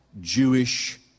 Jewish